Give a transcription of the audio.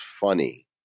funny